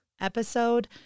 episode